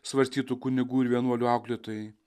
svarstytų kunigų ir vienuolių auklėtojai